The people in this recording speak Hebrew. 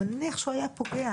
ונניח שהוא היה פוגע